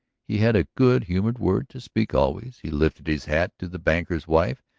he had a good-humored word to speak always he lifted his hat to the banker's wife,